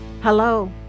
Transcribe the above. hello